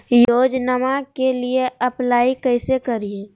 योजनामा के लिए अप्लाई कैसे करिए?